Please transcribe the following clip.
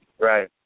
Right